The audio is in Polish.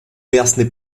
jasny